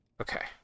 Okay